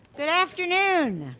good afternoon,